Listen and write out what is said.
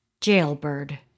Jailbird